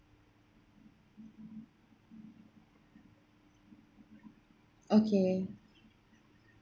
okay